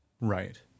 Right